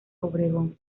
obregón